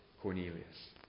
Cornelius